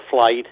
flight